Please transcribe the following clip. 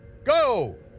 go!